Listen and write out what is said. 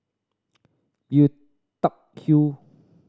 Lui Tuck Yew